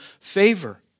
favor